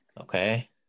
Okay